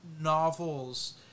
novels